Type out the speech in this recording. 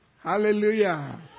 hallelujah